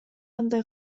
андай